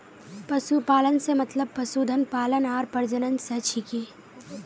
पशुपालन स मतलब पशुधन पालन आर प्रजनन स छिके